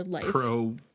pro